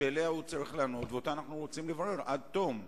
שעליה הוא צריך לענות ואותה אנו רוצים לברר עד תום.